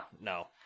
No